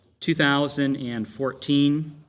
2014